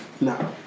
No